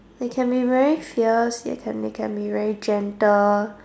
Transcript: they can be very fierce yet can they can be very gentle